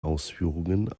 ausführungen